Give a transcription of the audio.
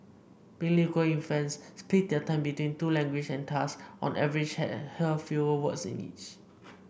bilingual infants split their time between two languages and thus on average hear fewer words in each